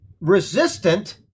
resistant